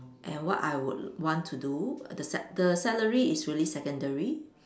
and what I would l~ want to do the s~ the salary is really secondary